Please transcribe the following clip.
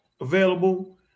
available